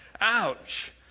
ouch